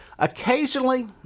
Occasionally